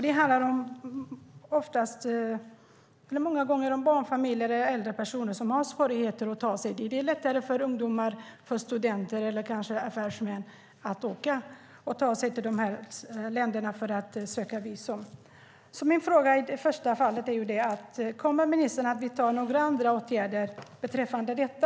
Det handlar många gånger om barnfamiljer eller äldre personer, som har svårigheter att ta sig till ambassaden. Det är lättare för ungdomar, studenter eller kanske affärsmän att ta sig till de här länderna för att söka visum. Min fråga i det första fallet är: Kommer ministern att vidta några andra åtgärder beträffande detta?